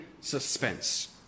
suspense